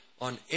on